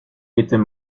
était